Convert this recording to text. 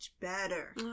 better